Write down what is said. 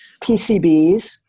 pcbs